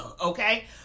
okay